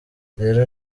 rero